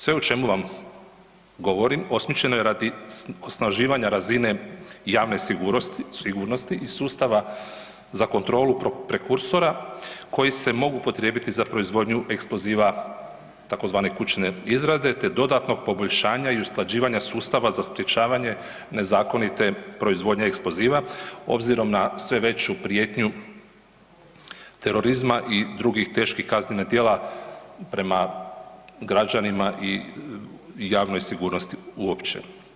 Sve o čemu vam govorimo, osmišljeno je radi osnaživanja razine javne sigurnosti i sustava za kontrolu prekursora koji se mogu upotrijebiti za proizvodnju eksploziva tzv. kućne izrade te dodatnog poboljšanja i usklađivanja sustava za sprječavanje nezakonite proizvodnje eksploziva obzirom na sve veću prijetnju terorizma i drugih teških kaznenih djela prema građanima i javnoj sigurnosti uopće.